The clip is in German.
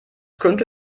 könnte